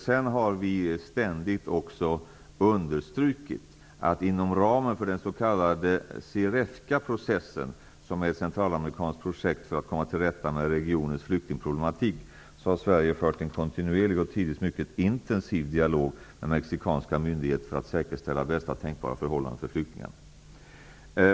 Vi har ständigt understrukit att Sverige inom ramen för den s.k. CIREFCA-processen, som är ett centralamerikanskt projekt för att komma till rätta med regionens flyktingproblematik, har fört en kontinuerlig och tidvis mycket intensiv dialog med mexikanska myndigheter för att säkerställa bästa tänkbara förhållanden för flyktingar.